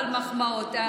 אבל מחמאות,